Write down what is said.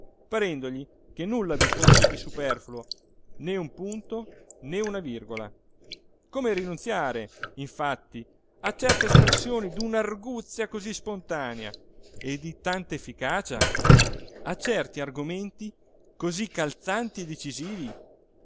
parendogli che nulla vi fosse di superfluo né un punto né una virgola come rinunziare infatti a certe espressioni d'una arguzia cosí spontanea e di tanta efficacia a certi argomenti cosí calzanti e decisivi